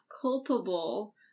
culpable